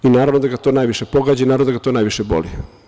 Naravno da ga to najviše pogađa i naravno da ga to najviše boli.